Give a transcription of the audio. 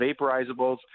vaporizables